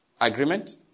Agreement